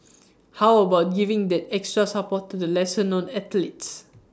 how about giving that extra support to the lesser known athletes